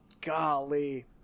golly